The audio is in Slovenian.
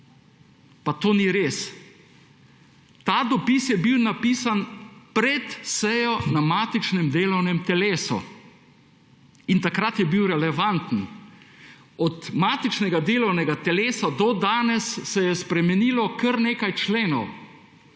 Pa to ni res. Ta dopis je bil napisan pred sejo na matičnem delovnem telesu in takrat je bil relevanten. Od matičnega delovnega teles do danes se je spremenilo kar nekaj členov.